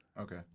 Okay